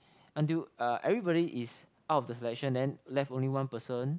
until everybody is out of the selection then left only one person